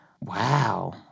wow